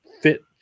fit